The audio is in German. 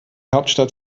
hauptstadt